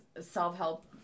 self-help